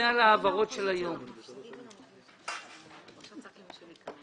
תפוצות וזה בעמוד 100. אתם רוצים עוד כסף